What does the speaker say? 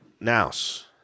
Naus